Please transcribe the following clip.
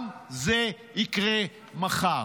גם זה יקרה מחר.